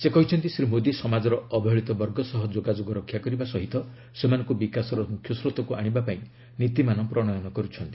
ସେ କହିଛନ୍ତି ଶ୍ରୀ ମୋଦୀ ସମାଜର ଅବହେଳିତ ବର୍ଗ ସହ ଯୋଗାଯୋଗ ରକ୍ଷା କରିବା ସହିତ ସେମାନଙ୍କୁ ବିକାଶର ମୁଖ୍ୟସ୍ରୋତକୁ ଆଣିବା ପାଇଁ ନୀତିମାନ ପ୍ରଣୟନ କରୁଛନ୍ତି